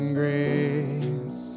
grace